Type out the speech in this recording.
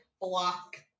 Block